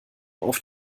auf